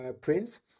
prints